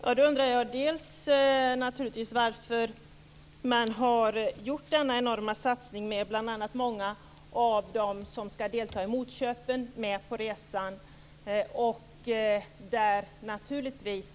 Fru talman! Då undrar jag varför man har gjort denna enorma satsning där många av dem som ska delta i motköpen är med på resan.